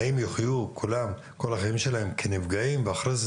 האם הם יחיו בכל המשך חייהם כנפגעים ואחרי כן